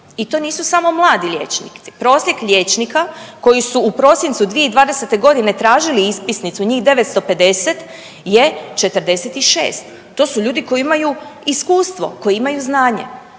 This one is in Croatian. I to nisu samo mladi liječnici. Prosjek liječnika koji su u prosincu 2020. godine tražili ispisnicu njih 950 je 46, to su ljudi koji imaju iskustvo, koji imaju znanje.